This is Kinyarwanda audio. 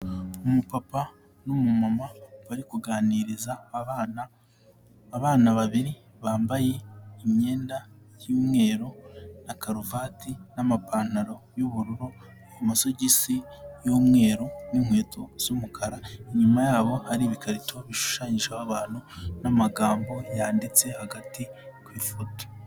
Umupapa n'umumama bari kuganiriza abana, abana babiri bambaye imyenda y'umweru na karuvati n'amapantaro y'ubururu, amasogisi y'umweru n'inkweto z'umukara, inyuma yabo hari ibikarito bishushanyijeho abantu n'amagambo yanditse hagati ku ifoto.